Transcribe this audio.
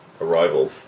arrival